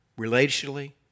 relationally